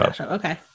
okay